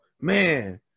man